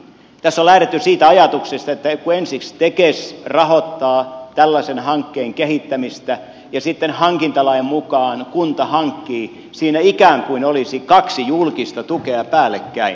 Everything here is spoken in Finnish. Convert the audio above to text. tässä on lähdetty siitä ajatuksesta että kun ensiksi tekes rahoittaa tällaisen hankkeen kehittämistä ja sitten hankintalain mukaan kunta hankkii siinä ikään kuin olisi kaksi julkista tukea päällekkäin